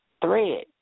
thread